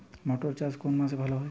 মটর চাষ কোন মাসে ভালো হয়?